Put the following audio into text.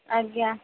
ଆଜ୍ଞା